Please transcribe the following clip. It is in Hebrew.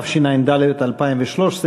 התשע"ד 2013,